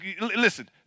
Listen